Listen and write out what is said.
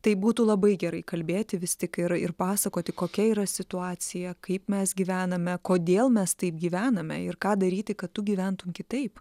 tai būtų labai gerai kalbėti vis tik ir ir pasakoti kokia yra situacija kaip mes gyvename kodėl mes taip gyvename ir ką daryti kad tu gyventum kitaip